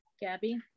Gabby